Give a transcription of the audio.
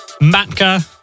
Matka